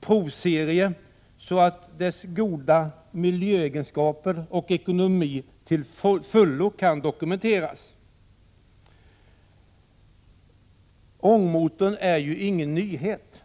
provserie så att dess goda miljöegenskaper och ekonomi till fullo kan dokumenteras. Ångmotorn är ju ingen nyhet.